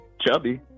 chubby